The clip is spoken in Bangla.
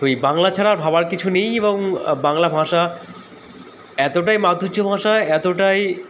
তো এই বাংলা ছাড়া আর ভাবার কিছু নেই এবং বাংলা ভাষা এতটাই মাধুর্য ভাষা এতটাই